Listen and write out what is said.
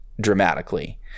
dramatically